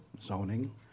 zoning